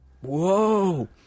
Whoa